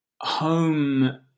Home